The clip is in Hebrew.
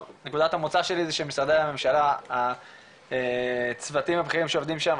נקודת המוצא שלי זה שמשרדי הממשלה הצוותים הבכירים שעובדים שם,